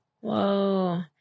Whoa